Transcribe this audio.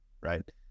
Right